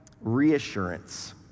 reassurance